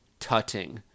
tutting